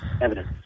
evidence